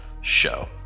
show